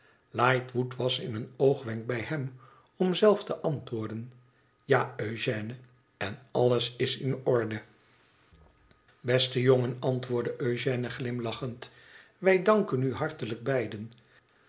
lightwood was in een oogwenk bij hem om zelf te antwoorden ja eugène en alles is in orde beste jongen antwoordde eugène glimlachend wij danken ti hartelijk beiden